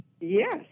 Yes